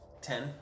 Ten